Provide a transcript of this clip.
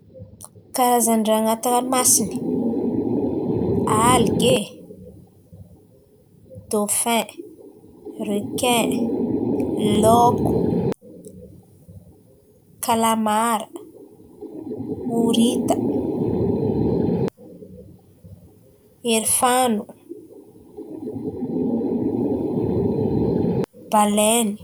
Karazan-drà an̈aty ranomasin̈y? Alga, dôfin, rekin, laoko, kalamara, orita, ery fano, balen.